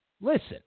listen